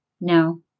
no